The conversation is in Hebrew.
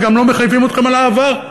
וגם לא מחייבים אתכם על העבר.